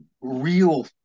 real